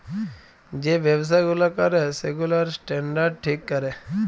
যে ব্যবসা গুলা ক্যরে সেগুলার স্ট্যান্ডার্ড ঠিক ক্যরে